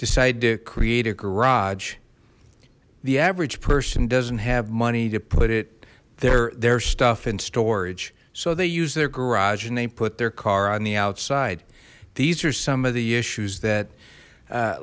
decide to create a garage the average person doesn't have money to put it there their stuff and storage so they use their garage and they put their car on the outside these are some of the issues that